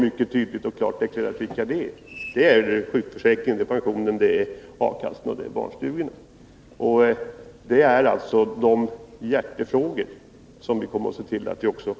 Det är sjukförsäkringen, pensionen, A-kassorna och barnstugorna. Detta är alltså de hjärtefrågor som vi kommer att se till att vi klarar hem.